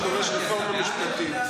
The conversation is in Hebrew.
מי בוגר?